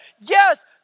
yes